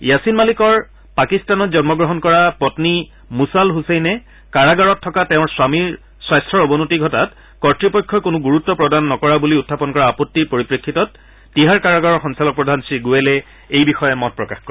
Yashin মালিকৰ পাকিস্তানত জন্মগ্ৰহণ কৰা পম্নী মুছাল ছছেইনে কাৰাগাৰত থকা তেওঁৰ স্বমীৰ স্বাস্থ্যৰ অৱনতি ঘটাত কৰ্ত্বপক্ষই কোনো গুৰুত্ব প্ৰদান নকৰা বুলি উখাপন কৰা আপত্তিৰ পৰিপ্ৰেক্ষিতত তিহাৰ কাৰাগাৰৰ সঞ্চালক প্ৰধান শ্ৰীগোৱেলে এই বিষয়ে মত প্ৰকাশ কৰে